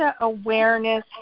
awareness